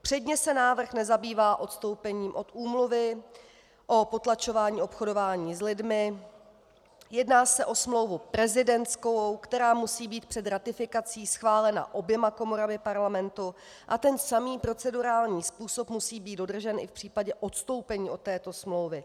Předně se návrh nezabývá odstoupením od úmluvy o potlačování obchodování s lidmi, jedná se o smlouvu prezidentskou, která musí být před ratifikací schválena oběma komorami Parlamentu, a ten samý procedurální způsob musí být dodržen i v případě odstoupení od této smlouvy.